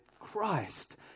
Christ